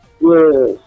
Yes